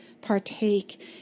partake